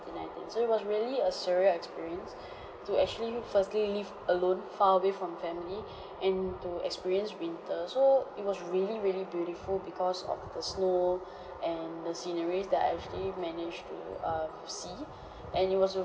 nineteen so it was really a surreal experience to actually firstly live alone far away from family and to experience winter so it was really really beautiful because of the snow and the sceneries that I actually manage to err see and it was